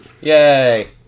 yay